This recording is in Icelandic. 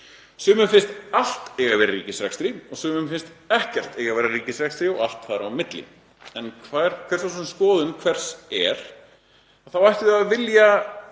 Sumum finnst allt eiga að vera í ríkisrekstri og sumum finnst ekkert eiga að vera í ríkisrekstri og allt þar á milli. En hver svo sem skoðun hvers er þá ættum við að vilja